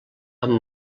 amb